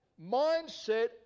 mindset